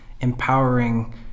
empowering